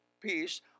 peace